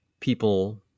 people